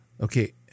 Okay